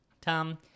Tom